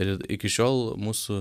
ir iki šiol mūsų